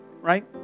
Right